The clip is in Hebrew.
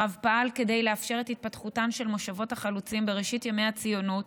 הרב פעל כדי לאפשר את התפתחותן של מושבות החלוצים בראשית ימי הציונות,